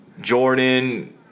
Jordan